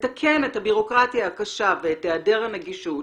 לתקן את הבירוקרטיה הקשה ואת היעדר הנגישות